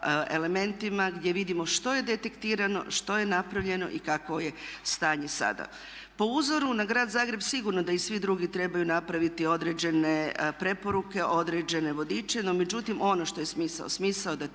elementima gdje vidimo što je detektirano, što je napravljeno i kakvo je stanje sada. Po uzoru na grad Zagreb sigurno da i svi drugi trebaju napraviti određene preporuke, određene vodiče, no međutim on što je smisao, smisao je